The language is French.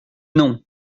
non